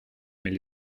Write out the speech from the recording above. mais